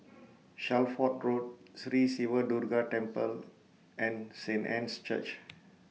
Shelford Road Sri Siva Durga Temple and Saint Anne's Church